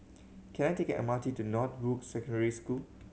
can I take M R T to Northbrooks Secondary School